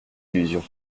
illusion